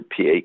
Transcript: PA